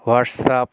WhatsApp